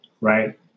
right